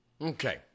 Okay